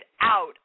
out